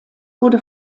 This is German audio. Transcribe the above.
wurde